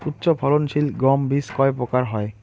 উচ্চ ফলন সিল গম বীজ কয় প্রকার হয়?